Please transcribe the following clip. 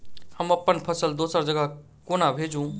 हम अप्पन फसल दोसर जगह कोना भेजू?